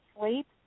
sleep